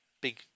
big